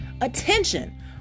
attention